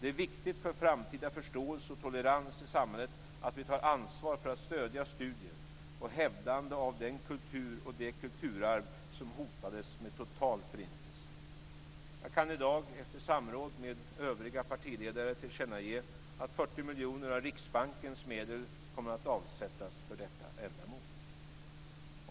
Det är viktigt för framtida förståelse och tolerans i samhället att vi tar ansvar för att stödja studier och hävdande av den kultur och det kulturarv som hotades av total förintelse. Jag kan i dag efter samråd med övriga partiledare tillkännage att 40 miljoner av Riksbankens medel kommer att avsättas för detta ändamål.